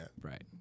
Right